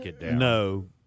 no